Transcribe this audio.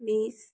बीस